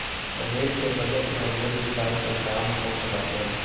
rail के budget में rail विकास के काम होत बाटे